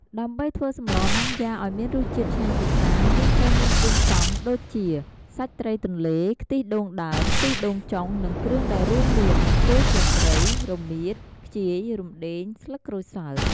ដើម្បីធ្វើសម្លណាំយ៉ាអោយមានរសជាតិឆ្ងាញ់ពិសារ យើងត្រូវមានគ្រឿងផ្សំដូចជា សាច់ត្រីទន្លេ ខ្ទិះដូងដើម ខ្ទិះដូងចុង និងគ្រឿងដែលរួមមាន គល់ស្លឹកគ្រៃ រមៀត ខ្ជាយ រំដេង ស្លឹកក្រូចសើច។